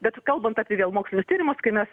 bet kalbant apie vėl mokslinius tyrimus kai mes